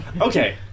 Okay